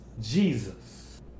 Jesus